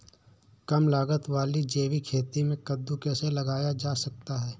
कम लागत वाली जैविक खेती में कद्दू कैसे लगाया जा सकता है?